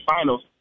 Finals